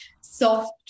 soft